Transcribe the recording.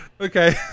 Okay